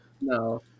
no